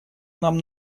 нам